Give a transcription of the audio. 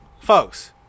folks